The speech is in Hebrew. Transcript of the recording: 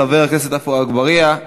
חבר הכנסת עפו אגבאריה,